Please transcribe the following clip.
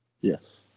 Yes